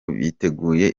biteguye